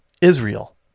Israel